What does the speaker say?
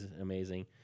amazing